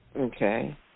Okay